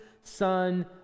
Son